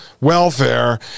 welfare